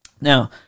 now